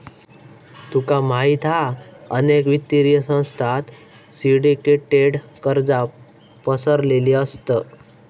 तुका माहित हा अनेक वित्तीय संस्थांत सिंडीकेटेड कर्जा पसरलेली असत